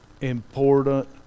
important